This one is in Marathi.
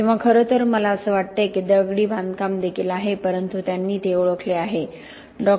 किंवा खरं तर मला असे वाटते की दगडी बांधकाम देखील आहे परंतु त्यांनी ते ओळखले आहे डॉ